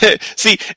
See